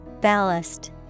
Ballast